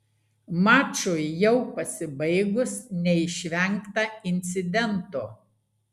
mačui jau pasibaigus neišvengta incidento